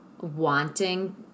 wanting